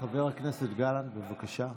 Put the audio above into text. חבר הכנסת גלנט, בבקשה.